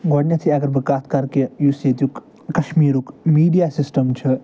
گۄڈٕنٮ۪تھٕے اَگر بہٕ کَتھ کَرٕ کہِ یُس ییٚتیُک کَشمیٖرُک میٖڈِیا سِسٹَم چھِ